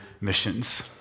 missions